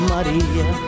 Maria